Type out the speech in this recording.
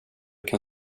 kan